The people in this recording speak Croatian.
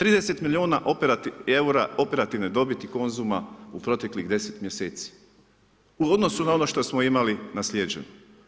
30 milijuna eura operativne dobiti Konzuma u proteklih 10 mjeseci, u odnosu na ono što smo imali naslijeđeno.